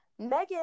Megan